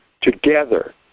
together